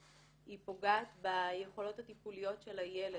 היא פוגעת ביכולות הטיפוליות של הילד.